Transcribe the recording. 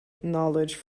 knowledge